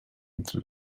into